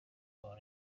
umuntu